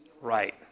Right